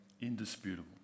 indisputable